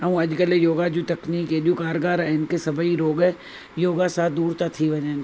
ऐं अॼुकल्ह योगा जूं तकनीक एॾियूं कारगार आहिनि की सभई रोग योगा सां दूरि था थी वञनि